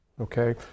okay